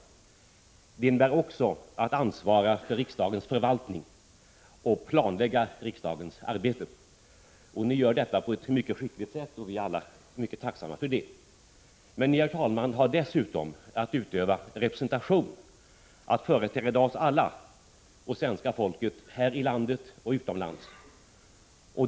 Det innebär också att ansvara för riksdagens förvaltning och planlägga riksdagens arbete. Ni gör detta på ett mycket skickligt sätt. Vi är alla mycket tacksamma för det. Men Ni, herr talman, har dessutom att utöva representation, att företräda oss alla, företräda svenska folket hemma och utomlands.